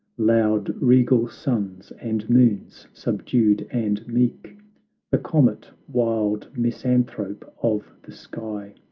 loud, regal suns, and moons, subdued and meek the comet, wild misanthrope of the sky,